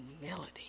humility